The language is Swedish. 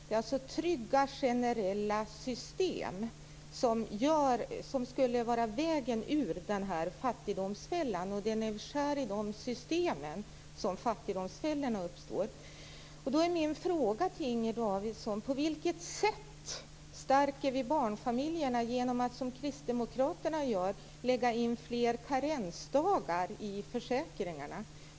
Det är alltså trygga, generella system som skulle vara vägen ur fattigdomsfällan, och det är när vi skär i de systemen som fattigdomsfällorna uppstår. Då är min fråga till Inger Davidson: På vilket sätt stärker vi barnfamiljerna genom att, som Kristdemokraterna gör, lägga in fler karensdagar i försäkringarna?